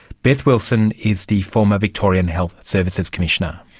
beth wilson is the former victorian health services commissioner.